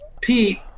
Pete